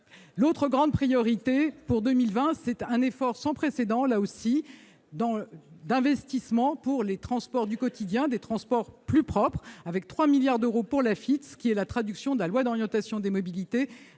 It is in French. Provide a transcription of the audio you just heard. autre grande priorité pour 2020 consiste en un effort sans précédent d'investissement pour les transports du quotidien, des transports plus propres, avec 3 milliards d'euros pour l'Afitf, ce qui est la traduction de la loi d'orientation des mobilités